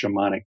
Shamanic